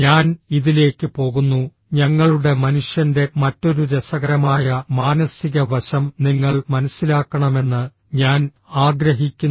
ഞാൻ ഇതിലേക്ക് പോകുന്നു ഞങ്ങളുടെ മനുഷ്യന്റെ മറ്റൊരു രസകരമായ മാനസിക വശം നിങ്ങൾ മനസ്സിലാക്കണമെന്ന് ഞാൻ ആഗ്രഹിക്കുന്നു